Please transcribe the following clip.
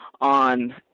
on